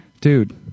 dude